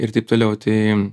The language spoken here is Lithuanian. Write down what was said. ir taip toliau tai